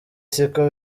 siko